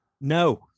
No